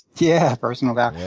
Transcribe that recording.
yeah, personal power.